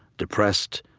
depressed,